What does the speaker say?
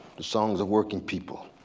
the songs of working people.